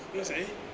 不要想 eh